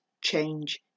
change